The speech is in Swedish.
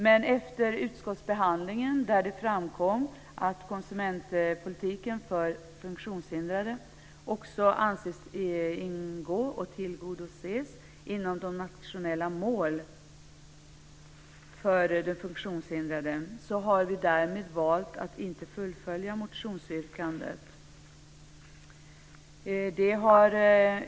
Men efter utskottsbehandlingen, där det framkom att konsumentpolitiken för funktionshindrade anses ingå och tillgodoses i de nationella målen för de funktionshindrade, har vi därför valt att inte fullfölja motionsyrkandet.